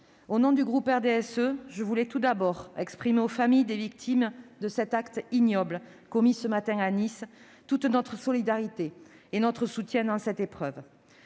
au nom du groupe du RDSE, je voudrais tout d'abord exprimer aux familles des victimes de l'acte ignoble commis ce matin à Nice notre solidarité et notre soutien dans cette épreuve.